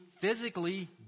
physically